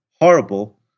horrible